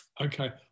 Okay